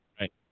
Right